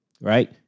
right